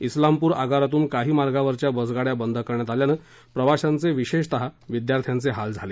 उिलामपूर आगारातून काही मार्गावरच्या बसगाड्या बंद करण्यात आल्यामुळं प्रवाशांचे विशेषतः विद्यार्थ्यांचे हाल झाले